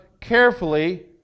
carefully